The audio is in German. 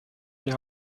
die